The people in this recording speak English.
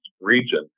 region